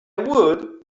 would